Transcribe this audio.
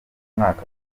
umwaka